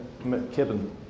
McKibben